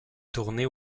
tournés